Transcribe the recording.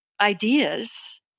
ideas